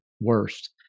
worst